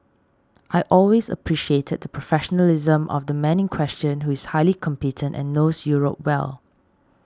I always appreciated professionalism of the man in question who is highly competent and knows Europe well